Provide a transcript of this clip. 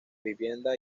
vivienda